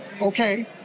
Okay